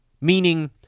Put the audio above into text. Meaning